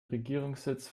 regierungssitz